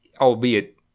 albeit